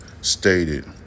stated